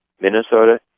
Minnesota